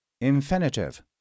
infinitive